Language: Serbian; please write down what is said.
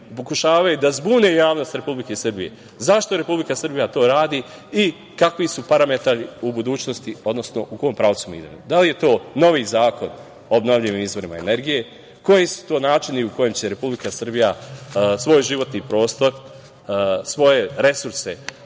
pokušavaju da zbune javnost Republike Srbije, zašto Republika Srbija to radi i kakvi su parametri u budućnosti, odnosno u kom pravcu mi idemo. Da li je to novi zakon o obnovljivim izvorima energije, koji su to načini u kojim će Republika Srbija svoj životni prostor, svoje resurse